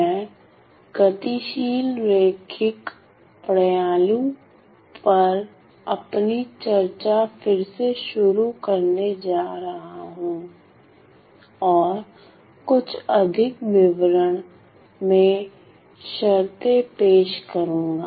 मैं गतिशील रैखिक प्रणालियों पर अपनी चर्चा फिर से शुरू करने जा रहा हूं और कुछ अधिक विवरण में शर्तें पेश करूंगा